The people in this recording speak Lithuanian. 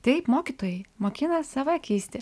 taip mokytojai mokina save keisti